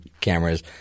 cameras